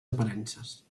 aparences